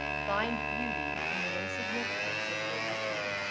find beauty in the insignificance of your routine.